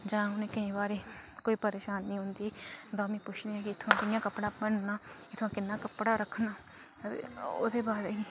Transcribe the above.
जां उ'नेंगी केईं बारी परेशानी औंदी तां भी पुच्छनी आं की इत्था कि'यां कपड़ा भन्नना ते इत्थुआं किन्ना कपड़ा रक्खना ते ओह्दे बाद